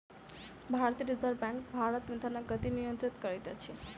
भारतीय reserve bank Bharat मे धनक गति नियंत्रित करैत अछि